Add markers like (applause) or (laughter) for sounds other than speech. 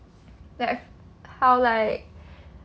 like how like (breath)